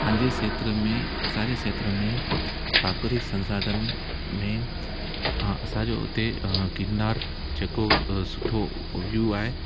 पांजे खेत्र में असांजे खेत्र में प्राकृतिक संसाधन में असांजो हुते गिरनार जेको सुठो ओयू आहे